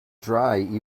dry